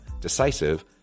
decisive